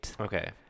Okay